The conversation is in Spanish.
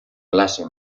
clase